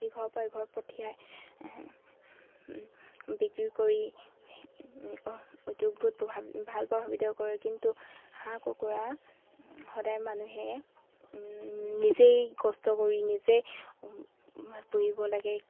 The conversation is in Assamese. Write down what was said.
ইঘৰ পৰা ইঘৰ পঠিয়াই বিক্ৰী কৰি উদ্যোগবোৰ প্ৰভাৱ ভাল প্ৰভাৱিত কৰে কিন্তু হাঁহ কুকুৰা সদায় মানুহে নিজেই কষ্ট কৰি নিজেই পুহিব লাগে